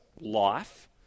life